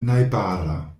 najbara